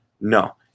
No